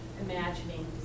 imagining